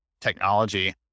technology